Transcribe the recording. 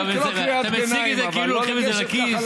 אתה מציג את זה כאילו לוקחים את זה לכיס,